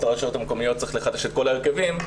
לרשויות המקומיות צריך לחדש את כל ההרכבים,